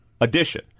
Addition